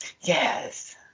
Yes